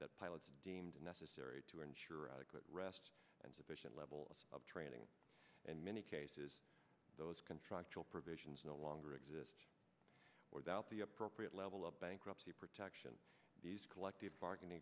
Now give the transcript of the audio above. that pilots deemed necessary to ensure adequate rest and sufficient level of training in many cases those contractual provisions no longer exist without the appropriate level of bankruptcy protection collective bargaining